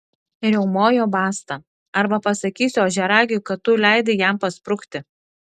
riaumojo basta arba pasakysiu ožiaragiui kad tu leidai jam pasprukti